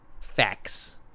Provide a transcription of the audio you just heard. facts